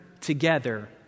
together